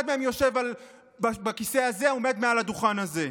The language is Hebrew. אחד מהם יושב בכיסא הזה, עומד מעל הדוכן הזה.